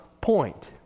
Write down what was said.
point